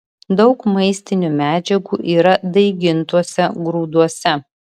daug maistinių medžiagų yra daigintuose grūduose